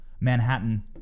Manhattan